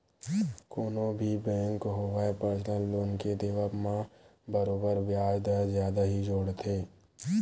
कोनो भी बेंक होवय परसनल लोन के देवब म बरोबर बियाज दर जादा ही जोड़थे